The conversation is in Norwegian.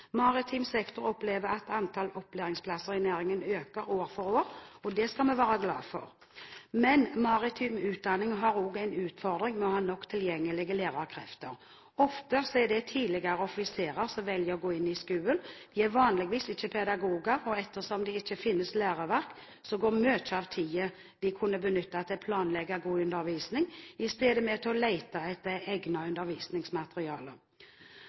Maritim sektor opplever at antall opplæringsplasser i næringen øker år for år, og det skal vi være glad for. Men maritim utdanning har også en utfordring med å ha nok tilgjengelige lærerkrefter. Ofte er det tidligere offiserer som velger å gå inn i skolen. De er vanligvis ikke pedagoger, og ettersom det ikke finnes læreverk, går mye av tiden de kunne benyttet til å planlegge god undervisning, i stedet med til å lete etter